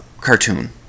cartoon